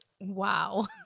Wow